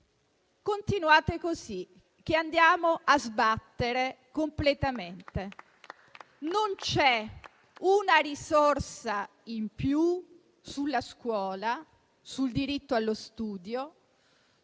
Continuate così, che andiamo a sbattere completamente! Non c'è una risorsa in più sulla scuola, sul diritto allo studio